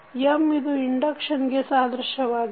M ಇದು ಇಂಡಕ್ಟನ್ಸ್ಗೆ ಸಾದೃಶ್ಯವಾಗಿದೆ